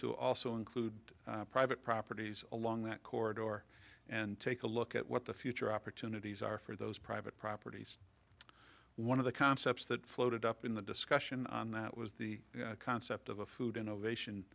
to also include private properties along that corridor and take a look at what the future opportunities are for those private properties one of the concepts that floated up in the discussion on that was the concept of a food